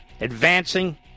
advancing